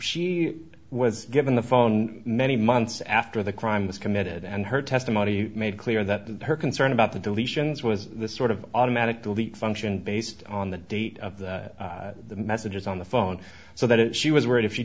she was given the phone many months after the crime was committed and her testimony made clear that her concern about the deletions was this sort of automatic delete function based on the date of the messages on the phone so that it she was worried if she